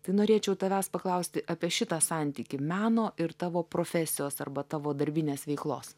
tai norėčiau tavęs paklausti apie šitą santykį meno ir tavo profesijos arba tavo darbinės veiklos